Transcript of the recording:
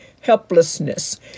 helplessness